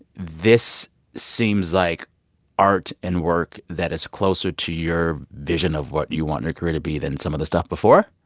this seems like art and work that is closer to your vision of what you want your career to be than some of the stuff before?